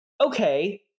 okay